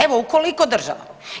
Evo, u koliko država?